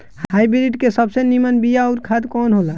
Hybrid के सबसे नीमन बीया अउर खाद कवन हो ला?